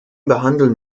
behandeln